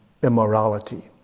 immorality